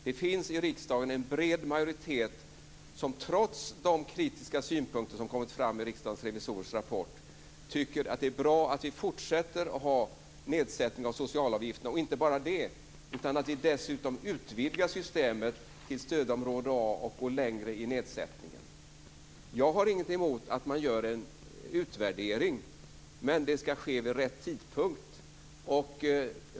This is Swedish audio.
Det finns i riksdagen en bred majoritet som trots de kritiska synpunkter som kommit fram i Riksdagens revisorers rapport tycker att det är bra att nedsättningen av socialavgifterna fortsätter och att vi dessutom utvidgar systemet till stödområde A och går längre i nedsättningen. Jag har ingenting emot att man gör en utvärdering, men det ska ske vid rätt tidpunkt.